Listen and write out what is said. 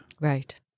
Right